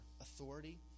authority